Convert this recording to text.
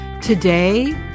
Today